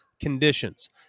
conditions